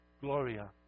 Gloria